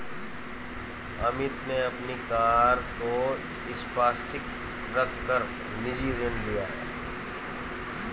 अमित ने अपनी कार को संपार्श्विक रख कर निजी ऋण लिया है